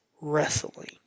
Wrestling